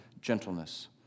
gentleness